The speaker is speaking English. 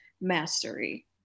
mastery